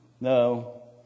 no